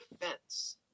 defense